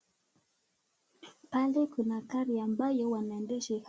Pale kuna gari ambayo wanaendesha...